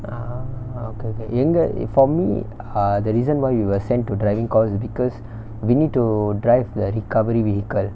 ah okay okay எங்க:enga eh for me ah the reason why we were sent to driving course because we need to drive the recovery vehicle